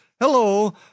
Hello